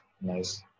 Nice